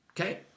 Okay